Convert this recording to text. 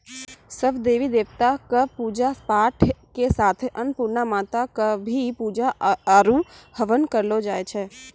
सब देवी देवता कॅ पुजा पाठ के साथे अन्नपुर्णा माता कॅ भी पुजा आरो हवन करलो जाय छै